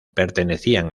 pertenecían